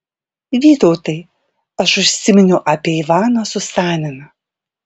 vytautai aš užsiminiau apie ivaną susaniną